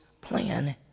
plan